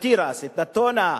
את התירס, את הטונה,